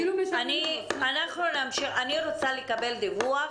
אני רוצה לקבל דיווח